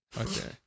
Okay